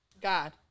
God